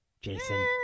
Jason